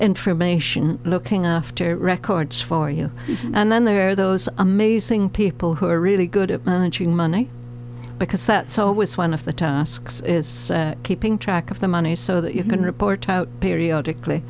information looking after records for you and then there are those amazing people who are really good at managing money because that's always one of the tasks is keeping track of the money so that you can report out periodically